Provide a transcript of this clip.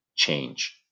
change